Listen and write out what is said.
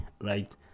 right